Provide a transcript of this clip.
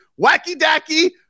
wacky-dacky